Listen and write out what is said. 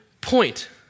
point